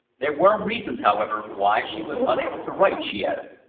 there were reasons, however, why she was unable to write, she added.